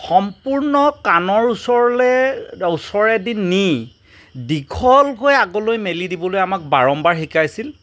সম্পূৰ্ণ কাণৰ ওচৰলে ওচৰেদি নি দীঘল হৈ আগলৈ মেলি দিবলৈ আমাক বাৰম্বাৰ শিকাইছিল